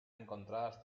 encontradas